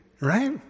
right